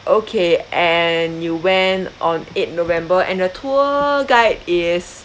okay and you went on eight november and your tour guide is